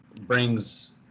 brings